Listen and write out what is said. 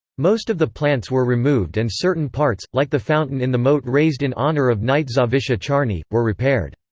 most of the plants were removed and certain parts, like the fountain in the moat raised in honour of knight zawisza czarny, were repaired.